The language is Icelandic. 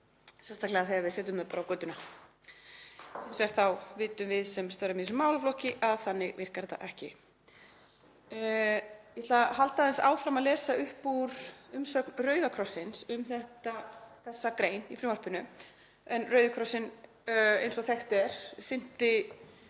sérstaklega þegar við setjum þau bara á götuna. Hins vegar vitum við sem störfum í þessum málaflokki að þannig virkar þetta ekki. Ég ætla að halda aðeins áfram að lesa upp úr umsögn Rauða krossins um þessa grein í frumvarpinu. Rauði krossinn sinnti, eins og þekkt er,